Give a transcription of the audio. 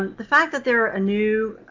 the fact that they're a new